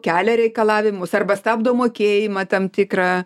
kelia reikalavimus arba stabdo mokėjimą tam tikrą